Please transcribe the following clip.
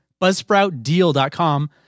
buzzsproutdeal.com